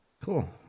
cool